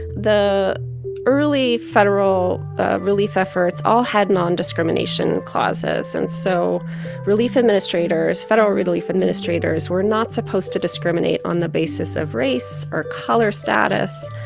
the early federal ah relief efforts all had nondiscrimination clauses. and so relief administrators, federal relief administrators were not supposed to discriminate on the basis of race or color status,